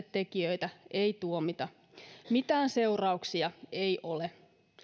tekijöitä ei tuomita mitään seurauksia ei ole